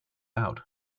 out